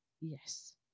yes